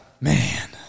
man